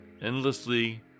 endlessly